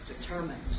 determined